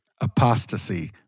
Apostasy